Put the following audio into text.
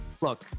Look